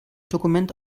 dokument